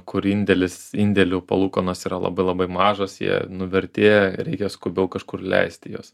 kur indėlis indėlių palūkanos yra labai labai mažos jie nuvertėja ir reikia skubiau kažkur leisti juos